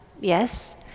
yes